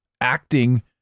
acting